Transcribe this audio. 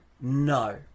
No